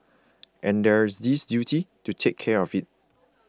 and there is this duty to take care of it